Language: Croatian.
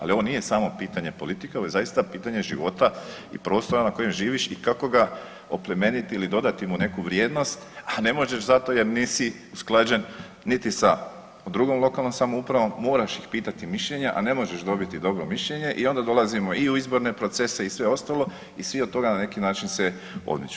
Ali, ovo nije samo pitanje politike, ovo je zaista pitanje života i prostora na kojem živiš i kako ga oplemeniti ili dodati mu neku vrijednost, a ne možeš zato jer nisi usklađen niti sa drugom lokalnom samoupravom, moraš ih pitati mišljenja, a ne možeš dobiti dobro mišljenje i onda dolazimo i u izborne procese i sve ostalo i svi od toga na neki način se odmiču.